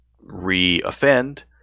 re-offend